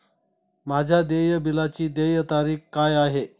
माझ्या देय बिलाची देय तारीख काय आहे?